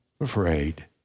afraid